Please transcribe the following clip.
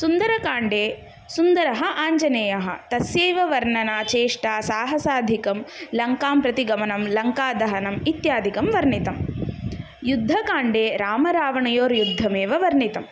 सुन्दरकाण्डे सुन्दरः आञ्जनेयः तस्यैव वर्णना चेष्टा साहसाधिकं लङ्कां प्रति गमनं लङ्कादहनम् इत्यादिकं वर्णितम् युद्धकाण्डे रामरावणयोर्युद्धमेव वर्णितम्